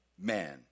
man